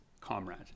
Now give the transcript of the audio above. comrade